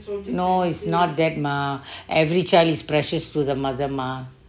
no is not that mah every child is precious to the mother mah